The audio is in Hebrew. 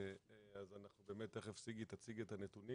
אז באמת תכף סיגי תציג את הנתונים.